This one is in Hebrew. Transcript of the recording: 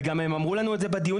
וגם הם אמרו לנו את זה בדיונים.